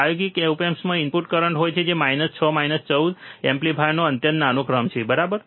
પ્રાયોગિક ઓપ એમ્પ્સમાં input current હોય છે જે માઇનસ 6 માઇનસ 14 એમ્પીયરનો અત્યંત નાનો ક્રમ છે બરાબર